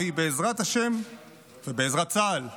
והיא בעזרת השם ובעזרת צה"ל תוסר,